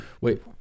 Wait